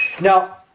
Now